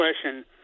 question